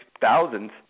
thousands